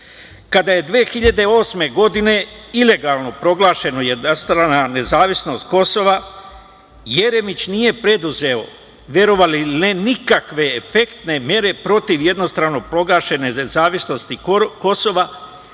je 2008. godine ilegalno proglašena jednostrana nezavisnost Kosova, Jeremić nije preduzeo nikakve efektne mere protiv jednostrane proglašene nezavisnosti Kosova,